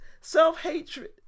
self-hatred